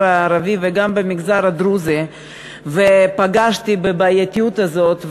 הערבי וגם במגזר הדרוזי ופגשתי בבעייתיות הזאת,